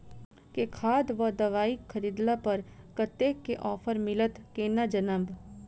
केँ खाद वा दवाई खरीदला पर कतेक केँ ऑफर मिलत केना जानब?